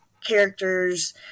characters